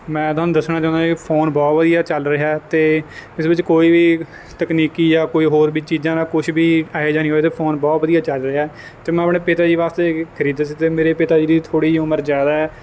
ਮੈਂ ਤੁਹਾਨੂੰ ਦੱਸਣਾ ਚਾਹੁੰਦਾ ਇਹ ਫੋਨ ਬਹੁਤ ਵਧੀਆ ਚੱਲ ਰਿਹਾ ਤੇ ਇਸ ਵਿੱਚ ਕੋਈ ਵੀ ਤਕਨੀਕੀ ਜਾਂ ਕੋਈ ਹੋਰ ਵੀ ਚੀਜਾਂ ਨਾ ਕੁਛ ਵੀ ਇਹੋ ਜਿਹਾ ਨੀ ਹੋਇਆ ਤੇ ਫੋਨ ਬਹੁਤ ਵਧੀਆ ਚੱਲ ਰਿਹਾ ਤੇ ਮੈਂ ਆਪਣੇ ਪਿਤਾ ਜੀ ਵਾਸਤੇ ਖਰੀਦਿਆ ਸੀ ਤੇ ਮੇਰੇ ਪਿਤਾ ਜੀ ਦੀ ਥੋੜੀ ਉਮਰ ਜਿਆਦਾ ਐ